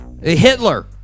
Hitler